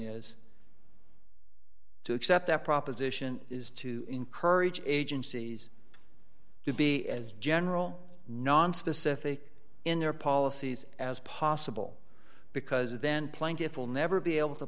is to accept that proposition is to encourage agencies to be as general nonspecific in their policies as possible because then plentiful never be able to